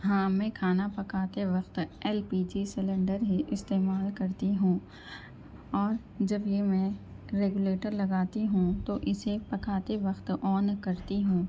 ہاں میں کھانا پکاتے وقت ایل پی جی سلینڈر ہی استعمال کرتی ہوں اور جب یہ میں ریگولیٹر لگاتی ہوں تو اِسے پکاتے وقت آن کرتی ہوں